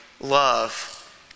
love